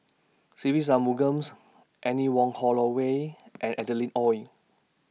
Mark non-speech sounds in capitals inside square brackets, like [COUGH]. Se Ve Shanmugam's Anne Wong Holloway and [NOISE] Adeline Ooi